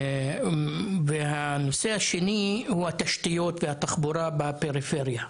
וההיבט השני הוא התשתיות והתחבורה בפריפריה.